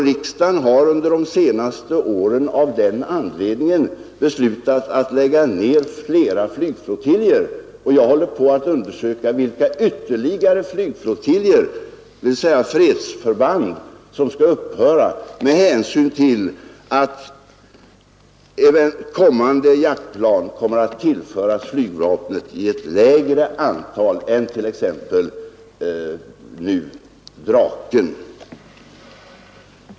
Riksdagen har under de senaste åren av den anledningen beslutat lägga ned flera flygflottiljer, och jag håller på att undersöka vilka ytterligare flygflottiljer, dvs. fredsförband, som skall upphöra med hänsyn till att även kommande jaktplan kommer att tillföras flygvapnet i ett lägre antal än vad som är fallet nu med t.ex. Draken.